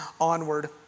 onward